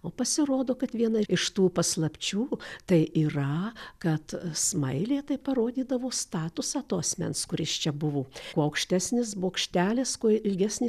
o pasirodo kad viena iš tų paslapčių tai yra kad smailė tai parodydavo statusą to asmens kuris čia buvo kuo aukštesnis bokštelis kuo ilgesnė